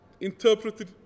interpreted